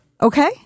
Okay